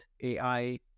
AI